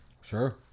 Sure